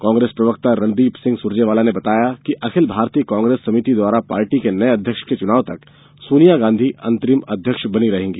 कांग्रेस प्रवक्ता रणदीप सिंह सुरजेवाला ने बताया कि अखिल भारतीय कांग्रेस समिति द्वारा पार्टी के नए अध्यक्ष के चुनाव तक सोनिया गांधी अंतरिम अध्यक्ष बनी रहेंगी